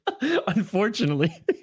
Unfortunately